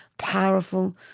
powerful,